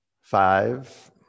Five